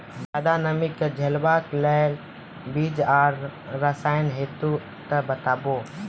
ज्यादा नमी के झेलवाक लेल बीज आर रसायन होति तऽ बताऊ?